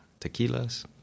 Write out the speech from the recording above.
tequilas